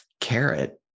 carrot